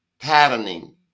patterning